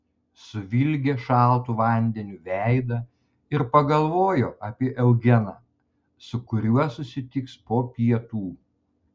suvilgė šaltu vandeniu veidą ir pagalvojo apie eugeną su kuriuo susitiks po pietų